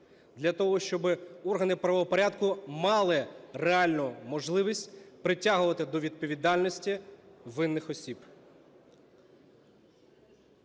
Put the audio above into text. для того щоби органи правопорядку мали реальну можливість притягувати до відповідальності винних осіб.